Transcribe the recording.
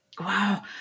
Wow